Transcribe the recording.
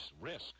risk